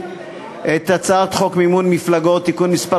את הצעת חוק מימון מפלגות (תיקון מס'